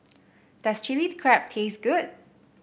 does Chilli Crab taste good